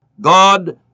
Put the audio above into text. God